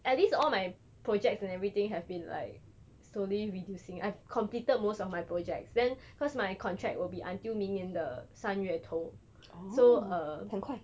at least all my projects and everything have been like slowly reducing I've completed most of my projects then cause my contract will be until 明年的三月头 so uh